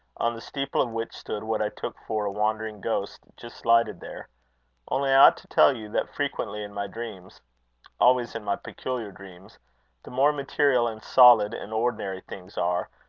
on the steeple of which stood what i took for a wandering ghost just lighted there only i ought to tell you, that frequently in my dreams always in my peculiar dreams the more material and solid and ordinary things are,